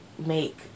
make